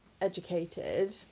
educated